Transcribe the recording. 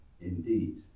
indeed